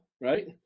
right